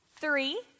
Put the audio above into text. three